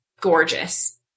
gorgeous